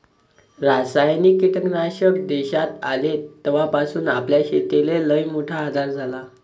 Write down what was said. रासायनिक कीटकनाशक देशात आले तवापासून आपल्या शेतीले लईमोठा आधार झाला